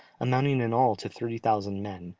amounting in all to thirty thousand men,